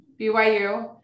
byu